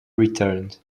returned